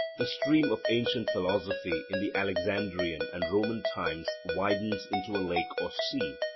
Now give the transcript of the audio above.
the stream of ancient philosophy in the alexandrian and roman times widens into a lake or sea,